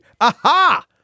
Aha